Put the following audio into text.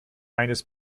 eines